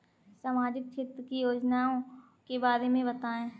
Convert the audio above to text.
सामाजिक क्षेत्र की योजनाओं के बारे में बताएँ?